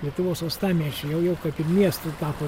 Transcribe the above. lietuvos uostamiesčiu jau jau kaip ir miestu tapo